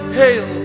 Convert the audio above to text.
hail